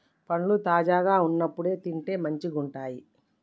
పండ్లు తాజాగా వున్నప్పుడే తింటే మంచిగుంటయ్